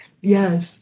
Yes